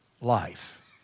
life